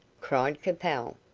cried capel,